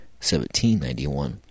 1791